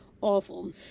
Awful